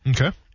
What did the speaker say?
Okay